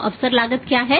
तो अवसर लागत क्या है